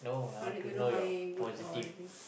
no need to know my good or anything